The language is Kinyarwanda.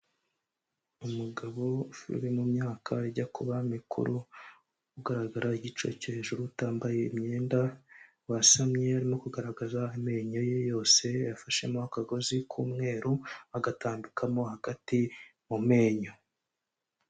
Umugabo uri mu myaka ijya kuba mikuru, ugaragara igice cyo hejuru utambaye imyenda, wasamye urimo kugaragaza amenyo ye yose yafashemo akagozi k'umweru, agatambikamo hagati mu menyo.